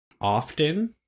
often